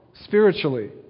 spiritually